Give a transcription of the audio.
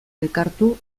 elkartu